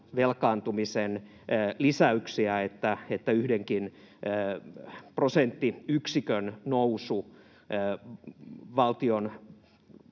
velkaantumisen lisäyksiä, että yhdenkin prosenttiyksikön nousu